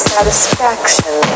Satisfaction